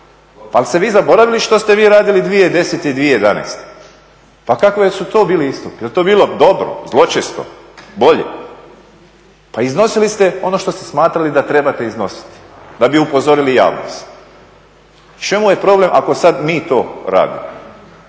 Ali ste vi zaboravili što ste vi radili 2010. i 2011., pa kakvi su to bili istupi, jel to bilo dobro, zločesto, bolje? Pa iznosili ste ono što ste smatrali da trebate iznositi da bi upozorili javnost. U čemu je problem ako to mi sad radimo?